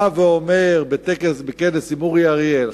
בא ואומר בכנס עם אורי אריאל,